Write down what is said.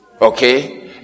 Okay